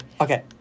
Okay